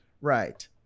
right